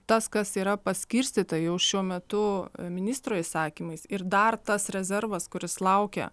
tas kas yra paskirstyta jau šiuo metu ministro įsakymais ir dar tas rezervas kuris laukia